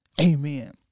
amen